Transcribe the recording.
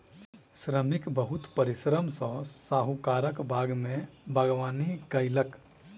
श्रमिक बहुत परिश्रम सॅ साहुकारक बाग में बागवानी कएलक